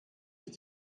ich